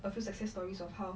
a few success stories of how